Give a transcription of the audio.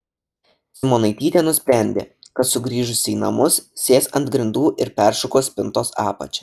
simonaitytė nusprendė kad sugrįžusi į namus sės ant grindų ir peršukuos spintos apačią